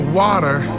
water